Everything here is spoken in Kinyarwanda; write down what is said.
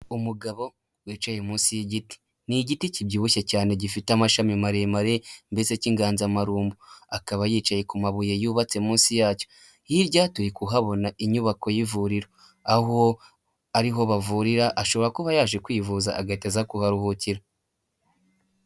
Umugabo wicaye munsi y'igiti. Ni igiti kibyibushye cyane gifite amashami maremare ndetse cy'inganzamarumbu akaba yicaye ku mabuye yubatse munsi yacyo, hirya turi kuhabona inyubako y'ivuriro aho ariho bavurira ashobora kuba yaje kwivuza agahita aza kuharuhukira.